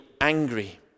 angry